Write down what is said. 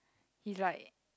he's like